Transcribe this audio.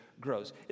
grows